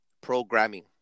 programming